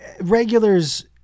Regulars